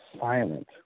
silent